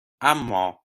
اما